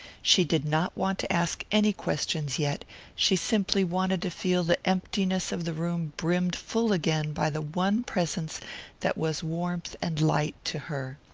she did not want to ask any questions yet she simply wanted to feel the emptiness of the room brimmed full again by the one presence that was warmth and light to her.